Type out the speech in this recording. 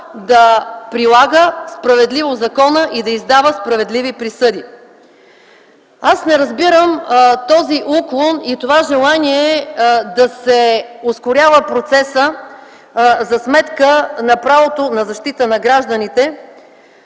да прилага справедливо закона и да издава справедливи присъди. Аз не разбирам този уклон и това желание да се ускорява процесът за сметка на правото на защита на гражданите